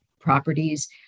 properties